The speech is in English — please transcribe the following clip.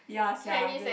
ya sia then